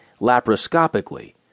laparoscopically